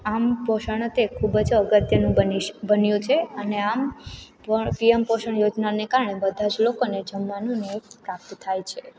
આમ પોષણ તે ખૂબજ અગત્યનું બનીશ બન્યું છે અને આમ પણ પીએમ પોષણ યોજનાને કારણે બધા જ લોકોને જમવાનુંને એ પ્રાપ્ત થાય છે